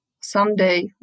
someday